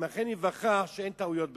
אם אכן ניווכח שאין טעויות בדרך.